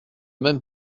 même